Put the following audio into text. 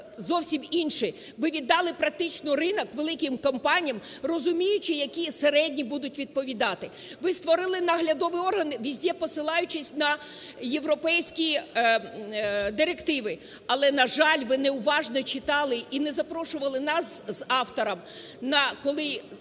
зовсім інші. Ви віддали практично ринок великим компаніям, розуміючи, які середні будуть відповідати. Ви створили наглядовий орган, кругом посилаючись на європейські директиви. Але, на жаль, ви не уважно читали і не запрошували нас з автором, коли